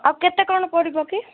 ଆଉ କେତେ କ'ଣ ପଡ଼ିବ କି